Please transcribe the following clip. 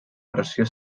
pressió